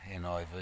NIV